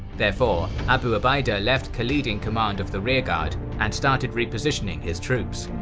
therefore, abu ubaidah left khalid in command of the rearguard and started repositioning his troops.